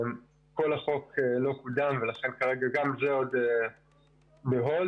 כל החוק לא קודם ולכן גם זה מושתק כרגע.